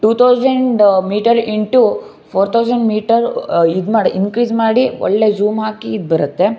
to thousand metre into four thousand metre ಇದು ಮಾಡಿ increase ಮಾಡಿ ಒಳ್ಳೆ ಝೂಮ್ ಹಾಕಿ ಇದು ಬರುತ್ತೆ